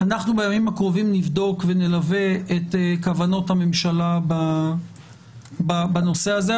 אנחנו בימים הקרובים נבדוק ונלווה את כוונות הממשלה בנושא הזה,